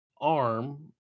arm